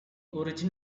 origin